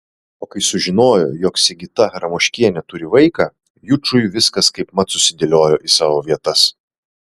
o kai sužinojo jog sigita ramoškienė turi vaiką jučui viskas kaipmat susidėliojo į savo vietas